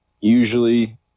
usually